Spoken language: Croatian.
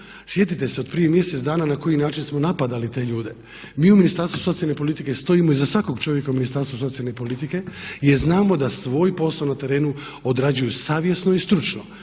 Sjetite se od prije mjeseca dana na koji način smo napadali te ljude. Mi u Ministarstvu socijalne politike stojimo iza svakog čovjeka u Ministarstvu socijalne politike jer znamo da svoj posao na terenu odrađuju savjesno i stručno.